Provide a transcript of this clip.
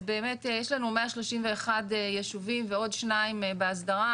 אז באמת יש לנו 131 ישובים ועוד שניים בהסדרה,